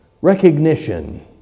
recognition